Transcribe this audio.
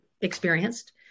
experienced